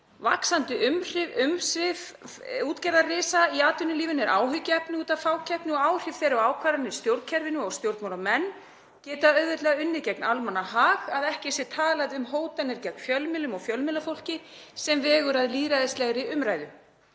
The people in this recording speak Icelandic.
Vaxandi umsvif útgerðarrisa í atvinnulífinu er áhyggjuefni út af fákeppni og áhrifum þeirra á ákvarðanir í stjórnkerfinu og stjórnmálamenn, sem geta auðveldlega unnið gegn almannahag — að ekki sé talað um hótanir gegn fjölmiðlum og fjölmiðlafólki sem vega að lýðræðislegri umræðu.